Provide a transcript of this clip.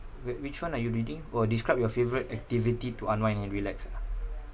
wait which one are you reading orh describe your favourite activity to unwind and relax ah